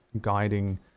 guiding